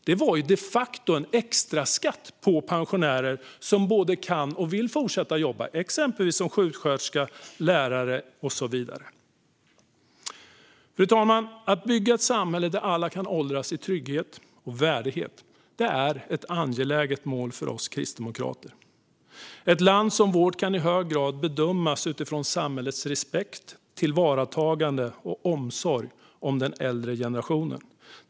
Det var de facto en extraskatt på pensionärer som både kan och vill fortsätta att jobba som sjuksköterska, lärare och så vidare. Fru talman! Att bygga ett samhälle där alla kan åldras i trygghet och värdighet är ett angeläget mål för oss kristdemokrater. Ett land som vårt kan i hög grad bedömas utifrån samhällets respekt för, tillvaratagande av och omsorg om den äldre generationen.